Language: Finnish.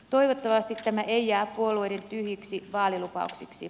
toivottavasti tämä ei jää puolueiden tyhjiksi vaalilupauksiksi